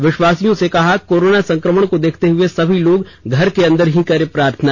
विश्वासियों से कहा कोरोना संक्रमण को देखते हुये सभी लोग घर के अंदर ही करें प्रार्थना